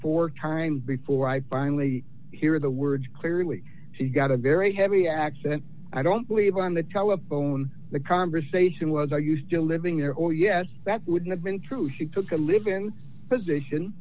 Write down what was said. four times before i finally hear the words clearly she got a very heavy accent i don't believe on the telephone the conversation was are you still living there or yes that would have been true she took a livin position